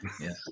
yes